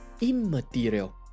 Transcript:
immaterial